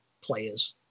players